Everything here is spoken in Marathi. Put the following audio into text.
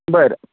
बरं